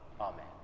Amen